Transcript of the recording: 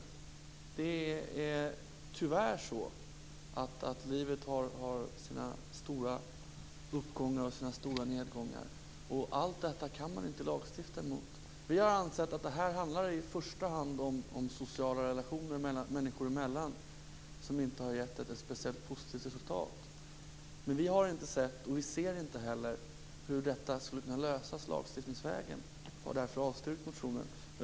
Livet har, tyvärr, både stora uppgångar och stora nedgångar. Allt sådant kan man inte lagstifta om. Vi har ansett att det här i första hand handlar om sociala relationer människor emellan som inte har gett ett särskilt positivt resultat. Men vi har inte sett, och kan inte heller se, hur detta lagstiftningsvägen kan lösas. Därför har vi i utskottet avstyrkt motionen.